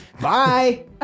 Bye